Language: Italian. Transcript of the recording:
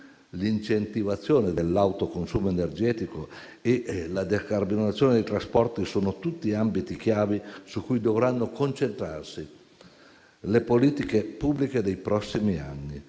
l'incentivazione dell'autoconsumo energetico e la decarbonizzazione dei trasporti sono tutti ambiti chiave su cui dovranno concentrarsi le politiche pubbliche dei prossimi anni,